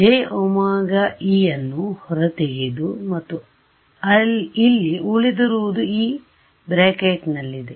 ನಾನು jωε ಅನ್ನು ಹೊರತೆಗೆದು ಮತ್ತು ಇಲ್ಲಿ ಉಳಿದಿರುವುದು ಈ ಬ್ರಾಕೆಟ್ನಲ್ಲಿದೆ